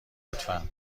لطفا